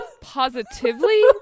Positively